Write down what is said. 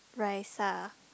Raisa ah